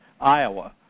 Iowa